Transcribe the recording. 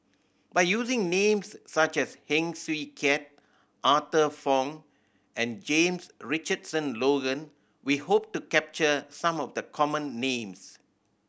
by using names such as Heng Swee Keat Arthur Fong and James Richardson Logan we hope to capture some of the common names